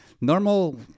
normal